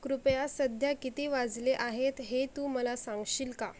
कृपया सध्या किती वाजले आहेत हे तू मला सांगशील का